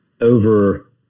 over